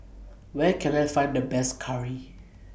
Where Can I Find The Best Curry